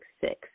six